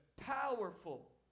powerful